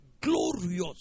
Glorious